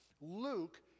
Luke